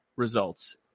results